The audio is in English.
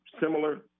similar